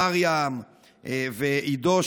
מרים ועידו,